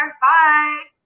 Bye